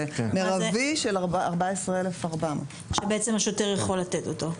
זה מרבי של 14,400. רק בית משפט יכול לתת אותו,